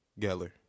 Geller